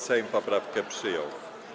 Sejm poprawkę przyjął.